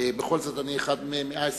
רוצה להצביע, ובכל זאת אני אחד מ-120